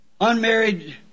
unmarried